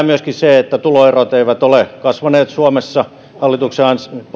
myöskin sen että tuloerot eivät ole kasvaneet suomessa hallituksen